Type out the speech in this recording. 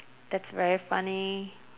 that's very funny